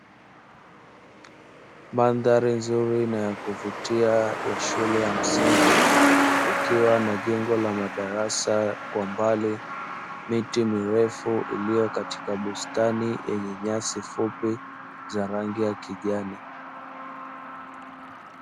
Mandhari nzuri na ya kuvutia ya shule ya msingi kukiwa na jengo la madarasa kwa mbali, miti mirefu iliyo katika bustani yenye nyasi fupi za rangi ya kijani.